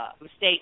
mistakes